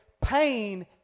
pain